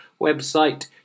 website